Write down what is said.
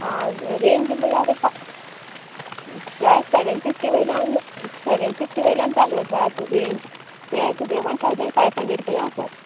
आं रेंज म्हळ्यार पा प्रायस सेवेन फिफ्टी वयल्यान सेवेन फिफ्टी वयल्यान चालू आसात रेंज तें तुगे वन ठावजन फायव हंड्रेंड पर्यंत आसात